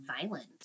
Violent